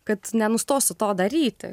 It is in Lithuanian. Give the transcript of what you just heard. kad nenustosiu to daryti